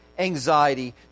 Anxiety